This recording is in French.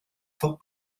fort